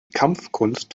kampfkunst